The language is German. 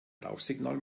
rauchsignal